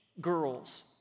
girls